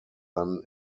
than